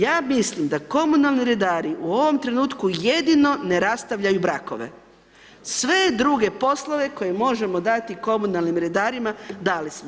Ja mislim da komunalni redari u ovom trenutku jedino ne rastavljaju brake, sve druge poslove koje možemo dati komunalnim redarima, dali smo.